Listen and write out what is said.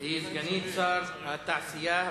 היא סגנית שר התעשייה,